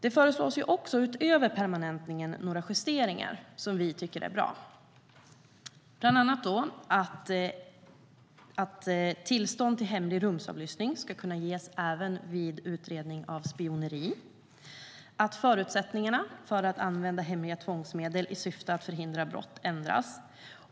Utöver permanentningen av lagarna föreslås också några justeringar som vi tycker är bra. De gäller bland annat att tillstånd till hemlig rumsavlyssning ska kunna ges även vid utredning av spioneri. Vidare gäller det att förutsättningarna för att använda hemliga tvångsmedel i syfte att förhindra brott ändras.